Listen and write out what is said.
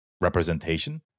representation